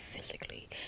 Physically